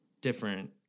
different